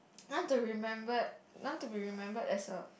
I want to remembered I want to be remembered as a